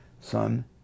son